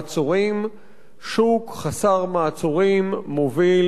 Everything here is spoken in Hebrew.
שוק חסר מעצורים מוביל לאוליגרכיה,